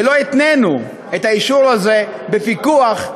ולא התנינו את האישור הזה בפיקוח,